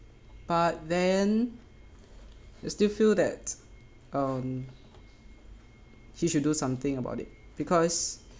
but then you still feel that uh she should do something about it because